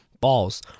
balls